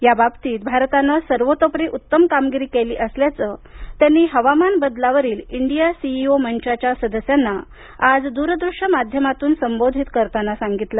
याबाबतीत भारतानं सर्वतोपरि उत्तम कामगिरी केली असल्याचं त्यांनी हवामान बदलावरील इंडिया सीईओ मंचाच्या सदस्यांना आज दूरदृश्य माध्यमातून संबोधित करताना सांगितलं